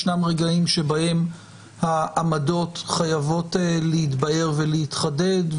ישנם רגעים שבהם העמדות חייבות להתבהר ולהתחדד,